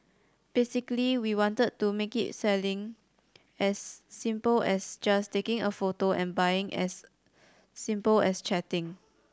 basically we wanted to make it selling as simple as just taking a photo and buying as simple as chatting